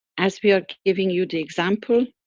as we are giving you the example.